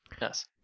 yes